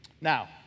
Now